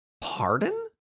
pardon